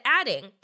adding